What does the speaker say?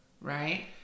right